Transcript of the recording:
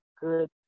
good